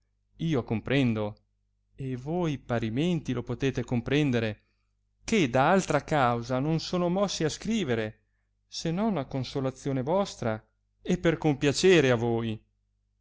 io comprendo e voi parimente lo potete comprendere che da altra causa non sono mossi a scrivere se non a consolazione vostra e per compiacere a voi